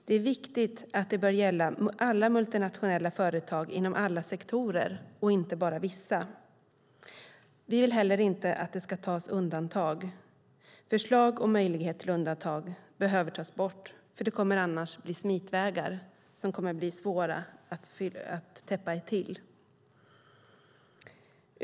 Det är viktigt att det bör gälla alla multinationella företag inom alla sektorer, inte bara vissa. Vi vill heller inte att det ska finnas undantag. Förslag om möjlighet till undantag behöver tas bort. Det kommer annars att bli smitvägar som kommer att bli svåra att täppa till.